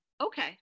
Okay